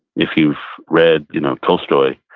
if you've read you know tolstoy,